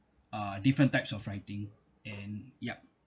uh different types of writing and yup